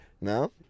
No